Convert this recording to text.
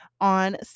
on